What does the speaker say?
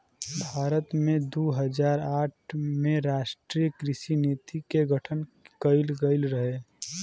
भारत में दू हज़ार आठ में राष्ट्रीय कृषि नीति के गठन कइल गइल रहे